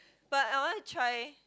but I want to try